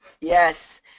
Yes